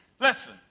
Listen